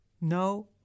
no